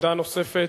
עמדה נוספת: